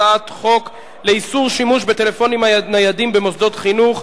הצעת חוק לאיסור שימוש בטלפונים ניידים במוסדות חינוך,